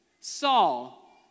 Saul